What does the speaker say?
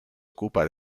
ocupa